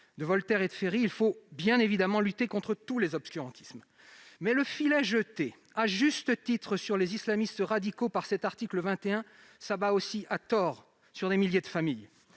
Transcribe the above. de Voltaire et de Ferry, il faut évidemment lutter contre tous les obscurantismes, mais le filet jeté à juste titre sur les islamistes radicaux grâce à cet article retient aussi à tort des milliers de familles.